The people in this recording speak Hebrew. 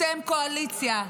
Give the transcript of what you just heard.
אתם קואליציה,